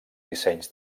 dissenys